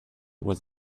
was